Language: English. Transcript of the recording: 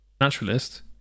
naturalist